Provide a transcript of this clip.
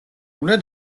უნდა